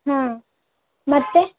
ಹಾಂ ಮತ್ತೆ